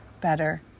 better